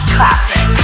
Classic